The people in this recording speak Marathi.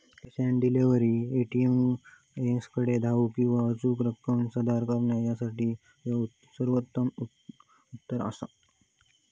कॅश ऑन डिलिव्हरी, ए.टी.एमकडे धाव किंवा अचूक रक्कम सादर करणा यासाठी ह्यो सर्वोत्तम उत्तर असा